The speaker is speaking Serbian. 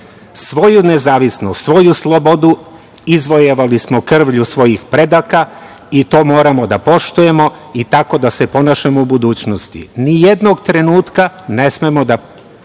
Svoju nezavisnost, svoju slobodu izvojevali smo krvlju svojih predaka i to moramo da poštujemo i tako da se ponašamo u budućnosti. Nijednog trenutka ne smemo da